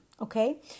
okay